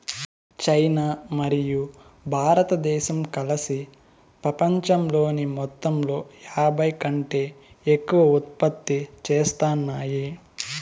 China మరియు భారతదేశం కలిసి పపంచంలోని మొత్తంలో యాభైకంటే ఎక్కువ ఉత్పత్తి చేత్తాన్నాయి